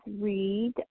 read